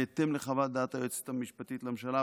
בהתאם לחוות דעת היועצת המשפטית לממשלה,